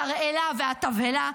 התרעלה והתבהלה,